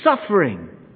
suffering